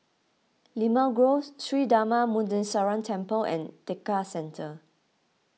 Limau Grove Sri Darma Muneeswaran Temple and Tekka Centre